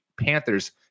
Panthers